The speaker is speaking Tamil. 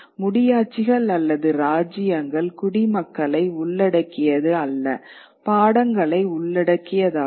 முடியாட்சிகள் அல்லது ராஜ்யங்கள் குடிமக்களை உள்ளடக்கியது அல்ல பாடங்களை உள்ளடக்கியதாகும்